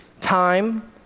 time